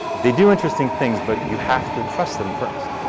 they do interesting things but you have to trust them first.